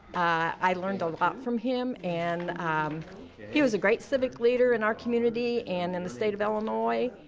i learned a lot from him. and he was a great civic leader in our community, and in the state of illinois.